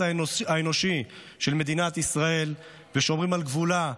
האנושי של מדינת ישראל ושומרים על גבולה,